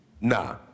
Nah